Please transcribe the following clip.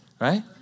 right